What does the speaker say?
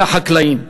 זה החקלאים.